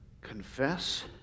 confess